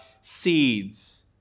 seeds